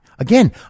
Again